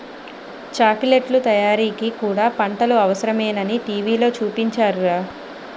చాకిలెట్లు తయారీకి కూడా పంటలు అవసరమేనని టీ.వి లో చూపించారురా